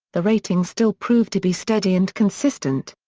the ratings still proved to be steady and consistent.